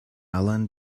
island